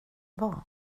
vad